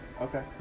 Okay